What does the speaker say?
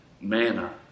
manna